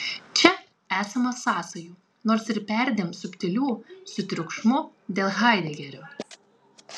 čia esama sąsajų nors ir perdėm subtilių su triukšmu dėl haidegerio